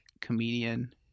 comedian